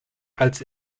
als